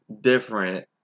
different